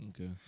Okay